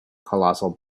colossal